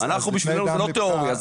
אנחנו זה לא תיאוריה,